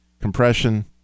compression